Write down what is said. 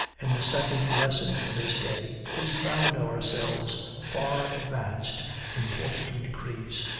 in the second lesson for this day, we found ourselves far advanced in forty two degrees,